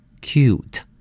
cute